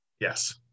Yes